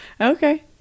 Okay